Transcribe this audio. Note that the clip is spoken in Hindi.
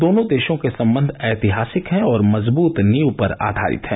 दोनों देशों के संबंध ऐतिहासिक हैं और मजबृत नींव पर आधारित हैं